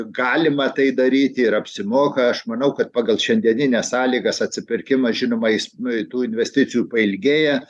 galima tai daryti ir apsimoka aš manau kad pagal šiandienines sąlygas atsipirkimas žinoma jis tų investicijų pailgėja